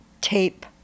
tape